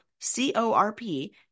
C-O-R-P